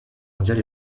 mondiale